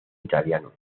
italiano